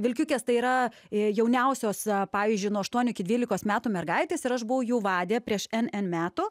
vilkiukės tai yra jauniausios pavyzdžiui nuo aštuonių iki dvylikos metų mergaitės ir aš buvau jų vadė prieš n n metų